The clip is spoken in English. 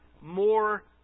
more